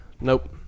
Nope